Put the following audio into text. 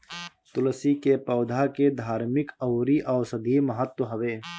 तुलसी के पौधा के धार्मिक अउरी औषधीय महत्व हवे